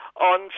On